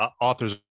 authors